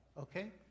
okay